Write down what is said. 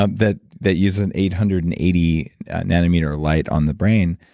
um that that used an eight hundred and eighty nanometer light on the brain,